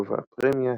גובה הפרמיה,